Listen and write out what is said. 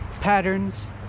patterns